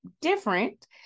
different